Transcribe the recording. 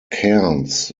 cairns